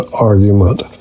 argument